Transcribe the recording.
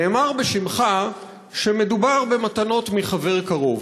נאמר בשמך שמדובר במתנות מחבר קרוב.